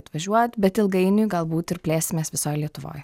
atvažiuot bet ilgainiui galbūt ir plėsimės visoj lietuvoj